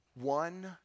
one